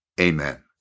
Amen